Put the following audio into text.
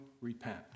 repent